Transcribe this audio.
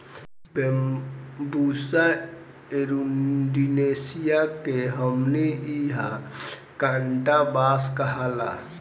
Bambusa arundinacea के हमनी इन्हा कांटा बांस कहाला